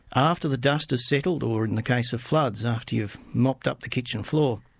after the dust is settled, or in the case of floods, after you've mopped up the kitchen floor,